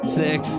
six